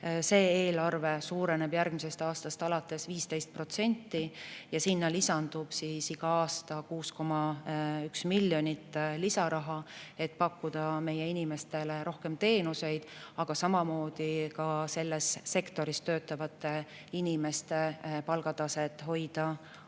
Selle eelarve suureneb alates järgmisest aastast 15% ja sinna lisandub iga aasta 6,1 miljonit lisaraha, et pakkuda meie inimestele rohkem teenuseid, aga samamoodi hoida selles sektoris töötavate inimeste palgataset ajakohasena.